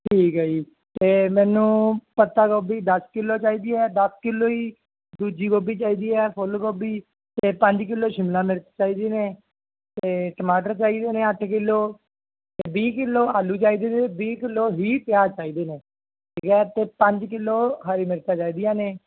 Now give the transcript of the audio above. ਠੀਕ ਹੈ ਜੀ ਅਤੇ ਮੈਨੂੰ ਪੱਤਾ ਗੋਭੀ ਦਸ ਕਿਲੋ ਚਾਹੀਦੀ ਹੈ ਦਸ ਕਿਲੋ ਹੀ ਦੂਜੀ ਗੋਭੀ ਚਾਹੀਦੀ ਹੈ ਫੁੱਲ ਗੋਭੀ ਅਤੇ ਪੰਜ ਕਿਲੋ ਸ਼ਿਮਲਾ ਮਿਰਚ ਚਾਹੀਦੀ ਨੇ ਅਤੇ ਟਮਾਟਰ ਚਾਹੀਦੇ ਨੇ ਅੱਠ ਕਿਲੋ ਅਤੇ ਵੀਹ ਕਿਲੋ ਆਲੂ ਚਾਹੀਦੇ ਨੇ ਵੀਹ ਕਿਲੋ ਵੀਹ ਪਿਆਜ਼ ਚਾਹੀਦੇ ਨੇ ਠੀਕ ਆ ਅਤੇ ਪੰਜ ਕਿਲੋ ਹਰੀ ਮਿਰਚਾਂ ਚਾਹੀਦੀਆਂ ਨੇ